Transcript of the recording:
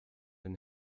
den